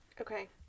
Okay